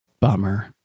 Bummer